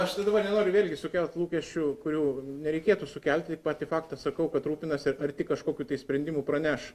aš tai dabar nenoriu vėlgi sukelt lūkesčių kurių nereikėtų sukelti patį faktą sakau kad rūpinasi ar ar tik kažkokių sprendimų praneš